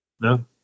No